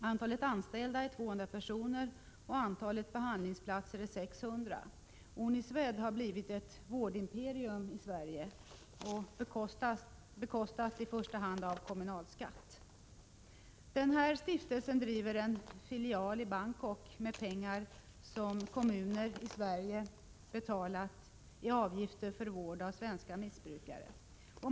Antalet anställda är 200 och antalet behandlingsplatser 600. Uniswed har blivit ett vårdimperium i Sverige, bekostat i första hand av kommunalskatt. Denna stiftelse driver en filial i Bangkok med pengar som kommuner i Sverige betalat i avgifter för vård av svenska missbrukare.